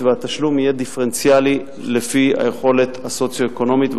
והתשלום יהיה דיפרנציאלי לפי היכולת הסוציו-אקונומית.